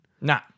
Nah